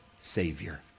savior